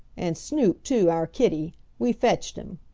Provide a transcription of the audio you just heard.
and snoop too, our kitty. we fetched him.